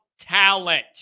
talent